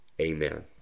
amen